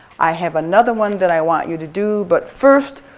i have another one that i want you to do but first,